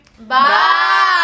Bye